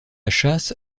châsse